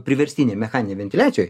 priverstinėj mechaninėj ventiliacijoj